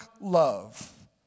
love